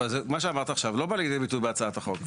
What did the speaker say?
אבל, מה שאמרת עכשיו לא בא לידי ביטוי בהצעת החוק.